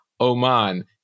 oman